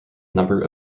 number